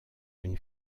une